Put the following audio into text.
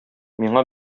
миңа